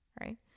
right